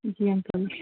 जी uncle